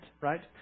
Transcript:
right